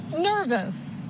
nervous